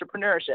entrepreneurship